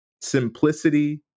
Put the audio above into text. simplicity